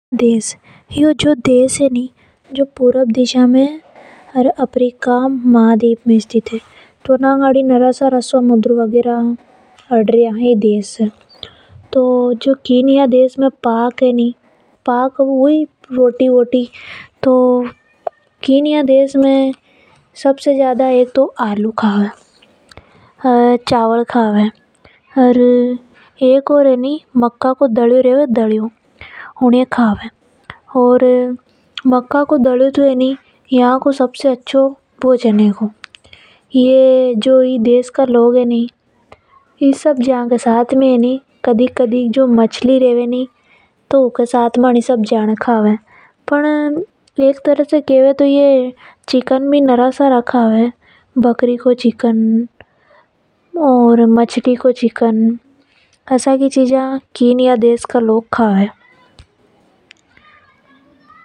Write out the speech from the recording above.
यो जो देश है नि उ पूर्व दिशा में ओर अफ्रीका महादीप में स्थित है। ई देश से नरा सारा समुद्र अड़े रिया। जो यो कीनिया देश है नि उ मे पाक वो ही भोजन यहां सबसे ज्यादा आलू खावे चावल खावे। एक एनी मका को दल यो खावे। दल यो यहां को सबसे अच्छों भोजन है। ई देश का लोग कभी कभी इन सब्जियां के साथ में मछलियां भी खावे। ये सब चीजा कीनिया देश का लोग खावे।